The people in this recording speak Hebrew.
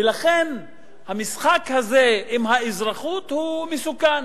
ולכן המשחק הזה עם האזרחות הוא מסוכן,